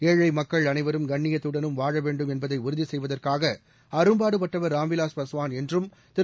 ஏழை மக்கள் அனைவரும் கண்ணியத்துடன் வாழ வேண்டும் என்பதை உறுதி செய்வதற்காக அரும்பாடுபட்டவர் ராம்விலாஸ் பஸ்வான் என்றும் திரு